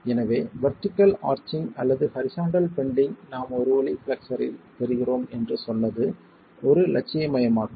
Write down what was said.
எனவே vertical arching அல்லது horizontal bending நாம் ஒரு வழி பிளெக்ஸ்ஸர்ரில் பெறுகிறோம் என்று சொன்னது ஒரு இலட்சியமயமாக்கல்